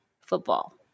football